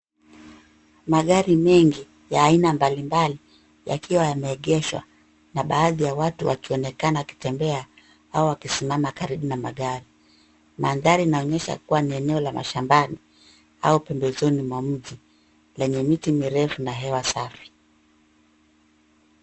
Magari mengi ya aina mbali mbali ,yakiwa yameegeshwa na baadhi ya watu wakionekana wakitembea, au wakisimama karibu na magari. Mandhari inaonyesha kuwa ni eneo la mashambani, au pembezoni mwa mji, lenye na miti mirefu na hewa safi.